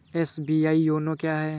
SBI YONO क्या है?